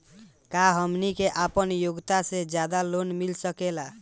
का हमनी के आपन योग्यता से ज्यादा लोन मिल सकेला?